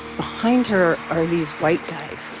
behind her are these white guys.